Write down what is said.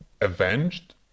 avenged